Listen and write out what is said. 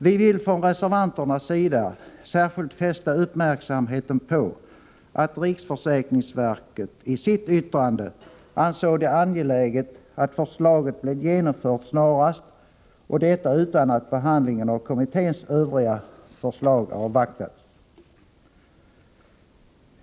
Vi vill från reservanternas sida särskilt fästa uppmärksamheten på att riksförsäkringsverket i sitt yttrande ansåg det angeläget att förslaget blev genomfört snarast och detta utan att behandlingen av kommitténs övriga förslag avvaktades.